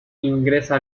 ingresa